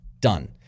done